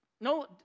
no